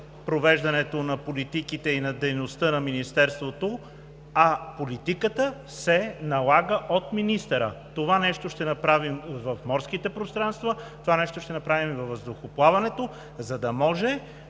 провеждането на политиките и на дейността на Министерството, а политиката се налага от министъра. Това нещо ще направим в морските пространства, това нещо ще направим във въздухоплаването, за да може,